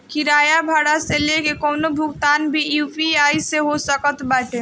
किराया भाड़ा से लेके कवनो भुगतान भी यू.पी.आई से हो सकत बाटे